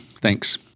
Thanks